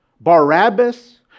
Barabbas